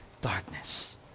darkness